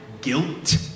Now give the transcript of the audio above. guilt